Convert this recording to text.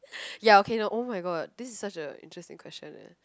ya okay no oh-my-god this is such a interesting question eh